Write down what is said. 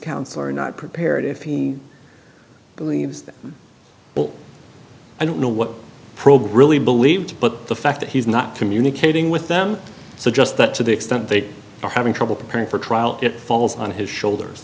counsel are not prepared if he well i don't know what really believed but the fact that he's not communicating with them so just that to the extent they are having trouble preparing for trial it falls on his shoulders